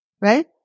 right